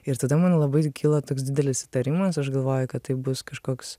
ir tada man labai kilo toks didelis įtarimas aš galvoju kad tai bus kažkoks